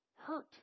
hurt